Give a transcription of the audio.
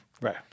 Right